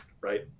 right